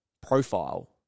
profile